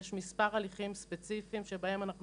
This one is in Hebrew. יש מספר הליכים ספציפיים שבהם אנחנו